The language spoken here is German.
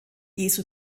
jesu